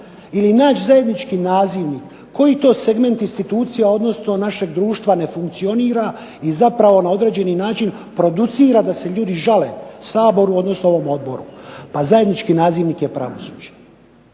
ili naći zajednički nazivnik koji to segment institucija odnosno našeg društva ne funkcionira, zapravo na određeni način producira da se ljudi žale saboru odnosno ovom odboru. Pa zajednički nazivnik je pravosuđe.